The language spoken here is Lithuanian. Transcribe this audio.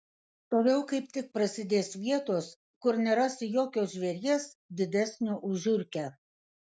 toliau kaip tik prasidės vietos kur nerasi jokio žvėries didesnio už žiurkę